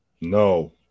No